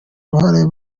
ruhare